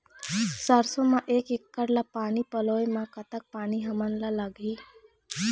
सरसों म एक एकड़ ला पानी पलोए म कतक पानी हमन ला लगही?